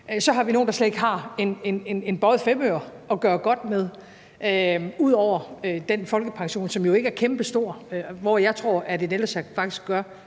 Så har vi nogle, der slet ikke har en bøjet femøre at gøre godt med ud over folkepensionen, som jo ikke er kæmpestor. Der tror jeg, at en ældrecheck faktisk gør